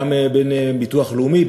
גם בין ביטוח לאומי,